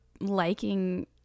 liking